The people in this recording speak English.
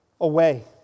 away